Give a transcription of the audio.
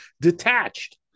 detached